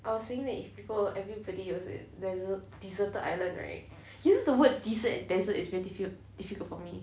I was saying that if people everybody was in deser~ deserted island right you know the word dessert and desert is very diffi~ difficult for me